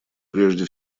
прежде